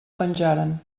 penjaren